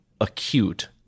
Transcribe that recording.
acute